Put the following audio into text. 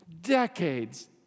decades